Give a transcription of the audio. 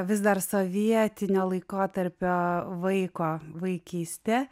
vis dar sovietinio laikotarpio vaiko vaikystė